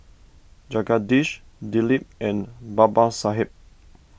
Jagadish Dilip and Babasaheb